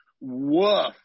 Woof